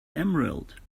emerald